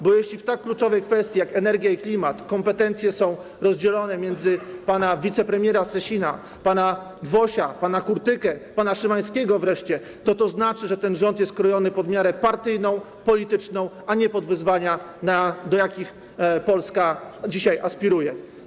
Bo jeśli w tak kluczowych kwestiach jak energia i klimat kompetencje są rozdzielone między pana wicepremiera Sasina, pana Wosia, pana Kurtykę, wreszcie pana Szymańskiego, to to znaczy, że ten rząd jest krojony pod miarę partyjną, polityczną, a nie pod wyzwania, do jakich Polska dzisiaj aspiruje.